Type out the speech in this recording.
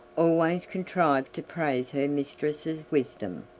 always contrived to praise her mistress's wisdom.